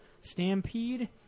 stampede